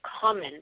common